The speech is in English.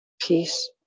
peace